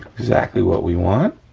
exactly what we want,